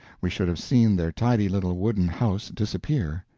we should have seen their tidy little wooden house disappear,